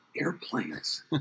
airplanes